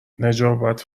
نجابت